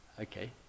Okay